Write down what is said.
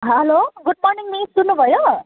hello good morning miss सुन्नुभयो